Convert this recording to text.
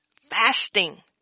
Fasting